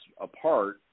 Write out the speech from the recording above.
apart